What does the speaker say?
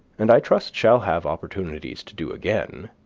and i trust shall have opportunities to do again,